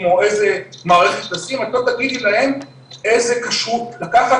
או איזה מערכת לשים את לא תגידי להם איזה כשרות לקחת